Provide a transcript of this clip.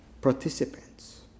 participants